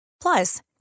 Plus